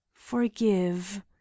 forgive